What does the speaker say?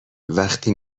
وقتی